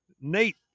Nate